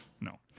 No